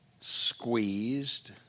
squeezed